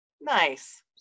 Nice